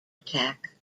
attack